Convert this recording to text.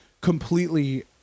completely